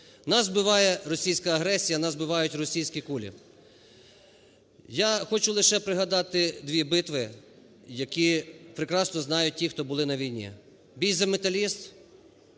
Нас вбиває російська агресія, нас вбивають російські кулі. Я хочу лише пригадати дві битви, які прекрасно знають ті, хто були на війні. Бій за "Металіст"